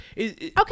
Okay